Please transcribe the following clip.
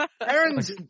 Aaron's